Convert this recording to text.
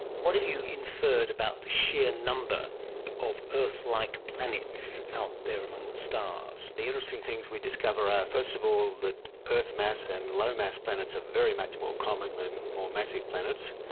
what have you inferred about the sheer number of earth-like planets out there among the stars? the interesting things we discovered are are first of all that earth-mass and low-mass planets are very much more common than more massive planets,